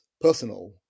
personal